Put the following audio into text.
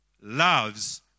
loves